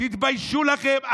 תתביישו לכם.